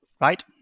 right